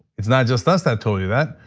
it's not just us that told you that.